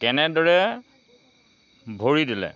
কেনেদৰে ভৰি দিলে